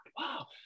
Wow